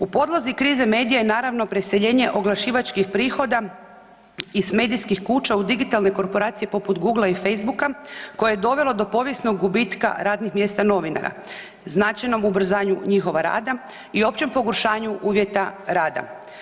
U podlozi krize medija je naravno preseljenje oglašivačkih prihoda iz medijskih kuća u digitalne korporacije poput Google-a i Facebook-a koje je dovelo do povijesnog gubitka radnih mjesta novinara značajnom ubrzanju njihova rada i općem pogoršanju uvjeta rada.